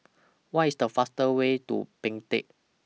What IS The faster Way to Baghdad